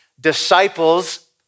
disciples